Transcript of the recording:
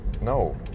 no